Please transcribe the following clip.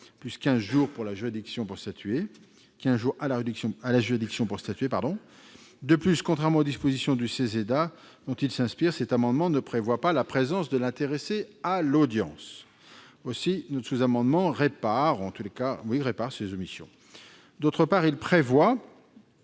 jours fixés à la juridiction pour statuer. Ensuite, contrairement aux dispositions du CESEDA dont il s'inspire, cet amendement ne prévoit pas la présence de l'intéressé à l'audience. Notre sous-amendement vise à réparer ces omissions. En outre, il prévoit